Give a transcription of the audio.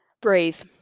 breathe